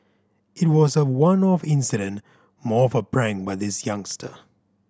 it was a one off incident more of a prank by this youngster